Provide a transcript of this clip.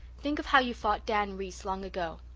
think of how you fought dan reese long ago.